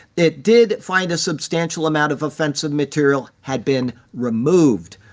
it did find a substantial amount of offensive material had been removed.